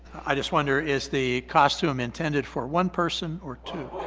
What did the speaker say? i just wonder is the costume intended for one person or two?